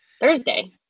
Thursday